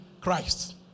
Christ